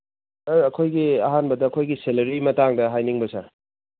ꯁꯥꯔ ꯑꯩꯈꯣꯏꯒꯤ ꯑꯍꯥꯟꯕꯗ ꯑꯩꯈꯣꯏꯒꯤ ꯁꯦꯂꯔꯤꯒꯤ ꯃꯇꯥꯡꯗ ꯍꯥꯏꯅꯤꯡꯕ ꯁꯥꯔ